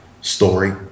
story